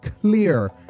clear